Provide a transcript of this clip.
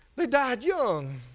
they died young.